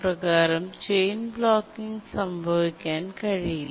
പ്രകാരം chain blocking സംഭവിക്കാൻ കഴിയില്ല